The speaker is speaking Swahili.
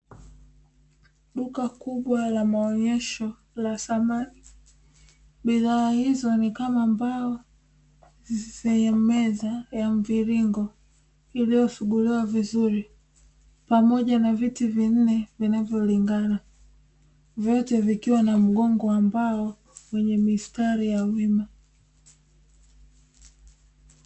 Duka kubwa la maonyesho la samani bidhaa hizo ni kama mbao, Meza ya mviringo iliyosuguliwa vizuri pamoja na viti vinne vinavyolingana vyote vikiwa na mgongo wa mbao wenye mistari ya wima.